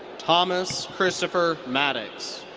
thomas christopher mattox.